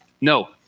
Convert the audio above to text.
No